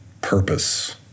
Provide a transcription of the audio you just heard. purpose